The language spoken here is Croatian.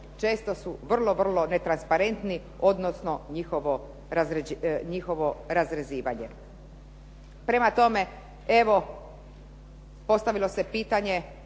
često su vrlo netransparentni odnosno njihovo razrezivanje. Prema tome, evo postavilo se pitanje